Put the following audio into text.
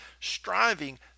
striving